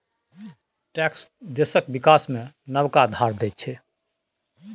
tax देशक बिकास मे नबका धार दैत छै